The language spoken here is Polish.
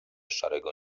szarego